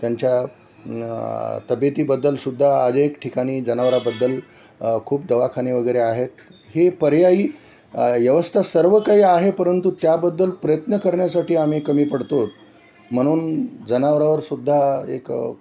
त्यांच्या तब्येतीबद्दल सुद्धा आज एक ठिकाणी जनावराबद्दल खूप दवाखाने वगैरे आहेत हे पर्यायी व्यवस्था सर्व काही आहे परंतु त्याबद्दल प्रयत्न करण्यासाठी आम्ही कमी पडतो आहे म्हणून जनावरावर सुद्धा एक